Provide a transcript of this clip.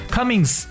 Cummings